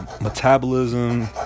metabolism